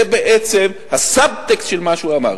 זה בעצם הסבטקסט של מה שהוא אמר.